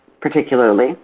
particularly